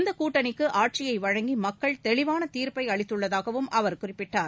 இந்த கூட்டனிக்கு ஆட்சியை வழங்கி மக்கள் தெளிவான தீர்ப்பை அளித்துள்ளதாகவும் அவர் குறிப்பிட்டார்